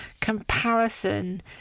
Comparison